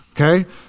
okay